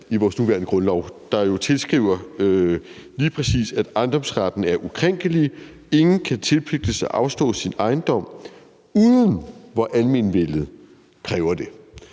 i vores nuværende grundlov, der jo lige præcis skriver, at ejendomsretten er ukrænkelig. Ingen kan tilpligtes at afstå sin ejendom, uden hvor almenvellet kræver det.